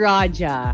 Raja